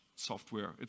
software